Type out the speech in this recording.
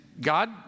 God